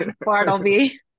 Bartleby